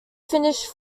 finished